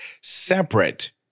separate